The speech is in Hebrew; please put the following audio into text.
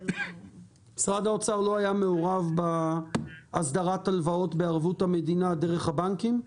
משרד האוצר לא היה מעורב בהסדרת הלוואות בערבות המדינה דרך הבנקים?